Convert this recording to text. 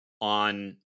on